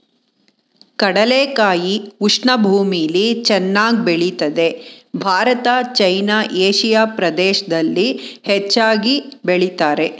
ಕಡಲೆಕಾಯಿ ಉಷ್ಣ ಭೂಮಿಲಿ ಚೆನ್ನಾಗ್ ಬೆಳಿತದೆ ಭಾರತ ಚೈನಾ ಏಷಿಯಾ ಪ್ರದೇಶ್ದಲ್ಲಿ ಹೆಚ್ಚಾಗ್ ಬೆಳಿತಾರೆ